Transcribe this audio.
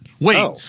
wait